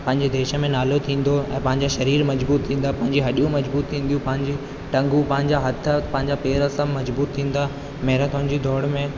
पंहिंजे देश में नालो थींदो ऐं पंहिंजा सरीरु मज़बूत थींदा पंहिंजी हड्डियूं मज़बूत थींदियूं पंहिंजी टंगू पंहिंजा हथ पंहिंजा पेर सभु मज़बूत थींदा मैराथोन जी दौड़ में